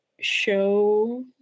show